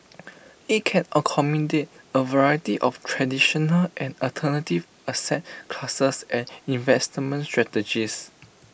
IT can accommodate A variety of traditional and alternative asset classes and investment strategies